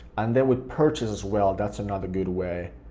and then with purchase as well that's another good way,